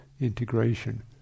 integration